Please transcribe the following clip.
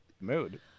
Mood